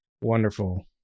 wonderful